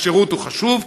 השירות חשוב,